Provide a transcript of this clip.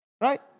right